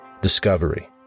Discovery